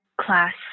class